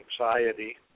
anxiety